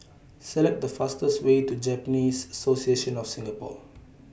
Select The fastest Way to Japanese Association of Singapore